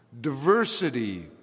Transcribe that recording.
Diversity